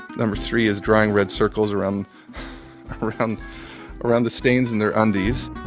number three is drawing red circles around around around the stains in their undies